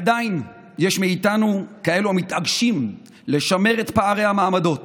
עדיין יש מאיתנו כאלו המתעקשים לשמר את פערי המעמדות